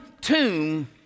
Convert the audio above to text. tomb